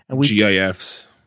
GIFs